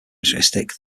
characteristic